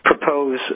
propose